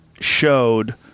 showed